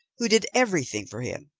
who did everything for him.